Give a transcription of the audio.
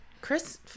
chris